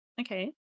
Okay